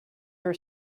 her